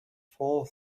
four